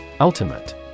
Ultimate